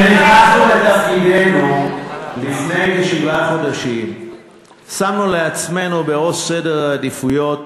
כשנכנסנו לתפקידנו לפני כשבעה חודשים שמנו לעצמנו בראש סדר העדיפויות